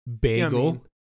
Bagel